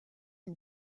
une